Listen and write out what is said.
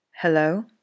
Hello